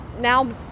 now